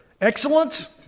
Excellent